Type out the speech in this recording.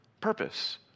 purpose